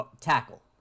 tackle